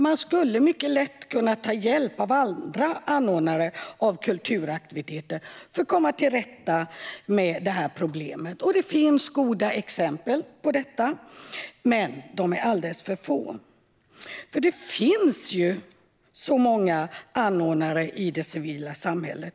Man skulle mycket lätt kunna ta hjälp av andra anordnare av kulturaktiviteter för att komma till rätta med det problemet. Det finns goda exempel på detta, men de är alldeles för få. Det finns ju så många anordnare i det civila samhället.